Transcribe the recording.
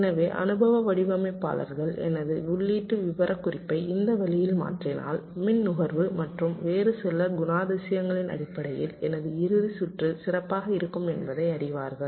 எனவே அனுபவ வடிவமைப்பாளர்கள் எனது உள்ளீட்டு விவரக்குறிப்பை இந்த வழியில் மாற்றினால் மின் நுகர்வு மற்றும் வேறு சில குணாதிசயங்களின் அடிப்படையில் எனது இறுதி சுற்று சிறப்பாக இருக்கும் என்பதை அறிவார்கள்